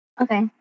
Okay